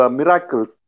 miracles